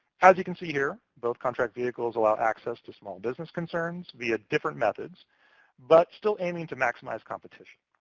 as you can see here, both contract vehicles allow access to small business concerns via different methods but still aiming to maximize competition.